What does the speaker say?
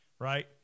right